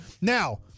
Now